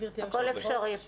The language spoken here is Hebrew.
גברתי היושבת ראש,